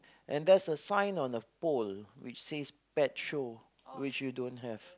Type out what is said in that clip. and there's a sign on the pole which says petrol which you don't have